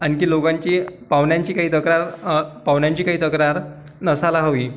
आणखी लोकांची पाहुण्यांची काही तक्रार पाहुण्यांची काही तक्रार नसायला हवी